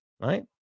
right